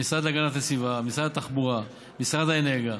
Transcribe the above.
המשרד להגנת הסביבה, משרד התחבורה ומשרד האנרגיה.